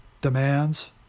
demands